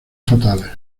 fatales